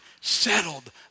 settled